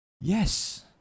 Yes